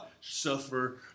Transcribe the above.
suffer